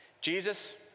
Jesus